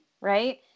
right